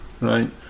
right